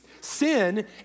Sin